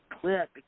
clip